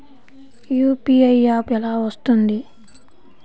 UPI app ఎలా వస్తుంది?